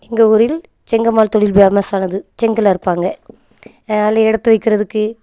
எங்கள் ஊரில் செங்கல் மணல் தொழில் ஃபேமஸானது செங்கல் அறுப்பாங்க அதில் எடுத்து வைக்கிறதுக்கு